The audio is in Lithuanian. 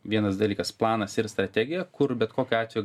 vienas dalykas planas ir strategija kur bet kokiu atveju